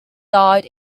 died